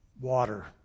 water